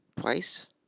twice